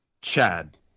Chad